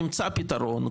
נמצא פתרון,